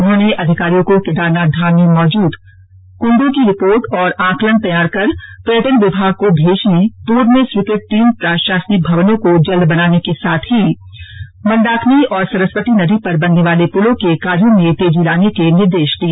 उन्होंने अधिकारियों को केदारनाथ धाम में मौजूद कुंडों की रिपोर्ट और आंकलन तैयार कर पर्यटन विभाग को भेजने पूर्व में स्वीकृत तीन प्रशासनिक भवनों को जल्द बनाने के साथ ही मंदाकिनी और सरस्वती नदी पर बनने वाले पुलों के कार्यो में तेजी लाने के निर्देश दिए